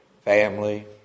family